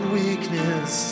weakness